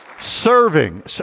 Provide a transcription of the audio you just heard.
serving